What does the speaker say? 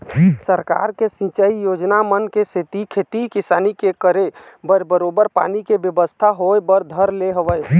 सरकार के सिंचई योजना मन के सेती खेती किसानी के करे बर बरोबर पानी के बेवस्था होय बर धर ले हवय